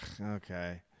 okay